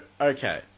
okay